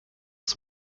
was